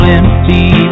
empty